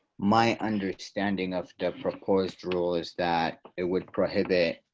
my understanding of the proposed rule is that it would prohibit